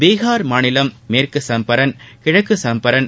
பீகார் மாநிலம் மேற்கு சம்பரான் கிழக்கு சம்பரான்